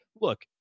look